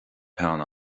peann